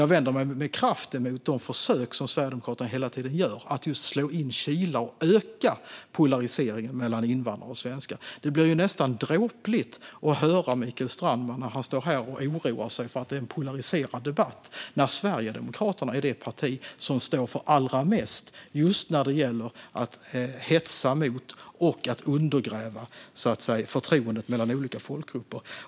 Jag vänder mig med kraft emot Sverigedemokraternas ständiga försök att slå in kilar och öka polariseringen mellan svenskar och invandrare. Det är därför nästan dråpligt att höra Mikael Strandman oroa sig över en polariserad debatt när Sverigedemokraterna är det parti som står allra mest för att hetsa och undergräva förtroendet mellan olika folkgrupper.